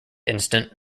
instant